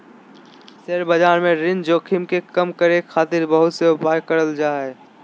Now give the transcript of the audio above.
share बाजार में ऋण जोखिम के कम करे खातिर बहुत से उपाय करल जा हय